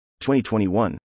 2021